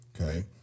Okay